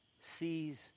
sees